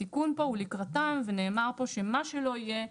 התיקון פה הוא לקראתם ונאמר פה שמה שלא יהיה,